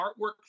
artwork